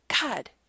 god